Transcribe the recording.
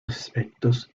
aspectos